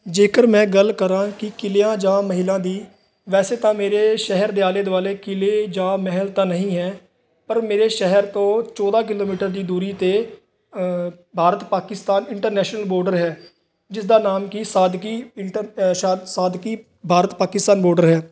ਜੇਕਰ ਮੈਂ ਗੱਲ ਕਰਾਂ ਕਿ ਕਿਲ੍ਹਿਆ ਜਾਂ ਮਹਿਲਾਂ ਦੀ ਵੈਸੇ ਤਾਂ ਮੇਰੇ ਸ਼ਹਿਰ ਦੇ ਆਲੇ ਦੁਆਲੇ ਕਿਲ੍ਹੇ ਜਾਂ ਮਹਿਲ ਤਾਂ ਨਹੀਂ ਹੈ ਪਰ ਮੇਰੇ ਸ਼ਹਿਰ ਤੋਂ ਚੌਦਾਂ ਕਿਲੋਮੀਟਰ ਦੀ ਦੂਰੀ 'ਤੇ ਭਾਰਤ ਪਾਕਿਸਤਾਨ ਇੰਟਰਨੈਸ਼ਨਲ ਬਾਰਡਰ ਹੈ ਜਿਸ ਦਾ ਨਾਮ ਕੀ ਸਾਦਕੀ ਇੰਟਰ ਸਾ ਸਾਧਕੀ ਭਾਰਤ ਪਾਕਿਸਤਾਨ ਬੋਡਰ ਹੈ